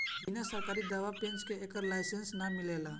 बिना सरकारी दाँव पेंच के एकर लाइसेंस ना मिलेला